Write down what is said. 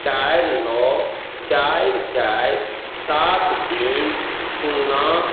चारि नओ चारि चारि सात तीन शुन्ना